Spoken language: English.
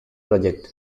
project